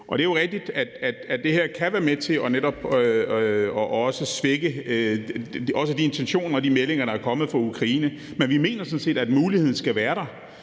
Det er jo rigtigt, at det her kan være med til netop også at svække de intentioner og de meldinger, der er kommet fra Ukraine, men vi mener sådan set, at muligheden skal være der